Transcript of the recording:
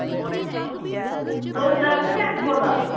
तुस travel agent बोला दे